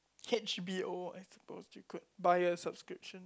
H_B_O I suppose you could buy a subscription